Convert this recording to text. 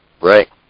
Right